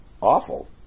awful